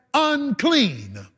unclean